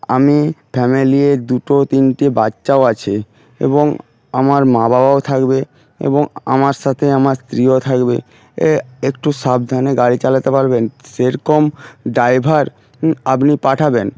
আমি ফ্যামিলিতে দুটো তিনটে বাচ্চাও আছে এবং আমার মা বাবাও থাকবে এবং আমার সাথে আমার স্ত্রীও থাকবে এ একটু সাবধানে গাড়ি চালাতে পারবেন সেরকম ড্রাইভার আপনি পাঠাবেন